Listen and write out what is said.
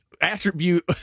attribute